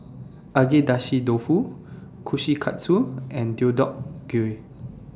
Agedashi Dofu Kushikatsu and Deodeok Gui